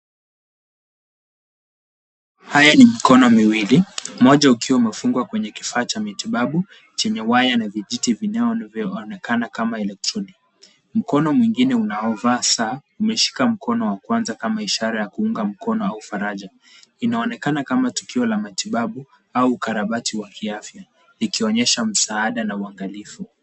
Haya ni mikono miwili, moja ikiwa imefungwa kwa kifaa cha matibabu chenye waya na vijiti vinavyoonekana kama elektroniki. Mkono mwingine unaovaa saa umeshika mkono wa kwanza kama ishara ya kuunga mkono au faraja. Inaonekana kama tukio la matibabu au ukarabati wa kiafya ukionyesha msaada na uangalifu.